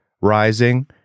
rising